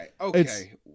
Okay